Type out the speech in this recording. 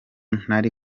ntari